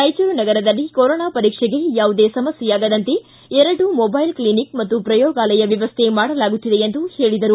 ರಾಯಚೂರು ನಗರದಲ್ಲಿ ಕೋರೊನಾ ಪರೀಕ್ಷೆಗೆ ಯಾವುದೇ ಸಮಸ್ಥೆಯಾಗದಂತೆ ಎರಡು ಮೂಬೈಲ್ ಕ್ಷಿನಿಕ್ ಮತ್ತು ಪ್ರಯೋಗಾಲಯ ವ್ಯವಸ್ಥೆ ಮಾಡಲಾಗುತ್ತಿದೆ ಎಂದು ಹೇಳಿದರು